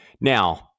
Now